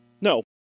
No